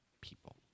people